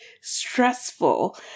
stressful